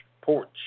Porch